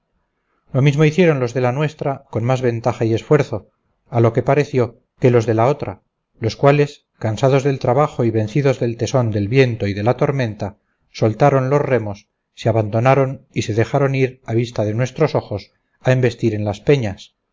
lo mismo hicieron los de la nuestra con más ventaja y esfuerzo a lo que pareció que los de la otra los cuales cansados del trabajo y vencidos del tesón del viento y de la tormenta soltando los remos se abandonaron y se dejaron ir a vista de nuestros ojos a embestir en las peñas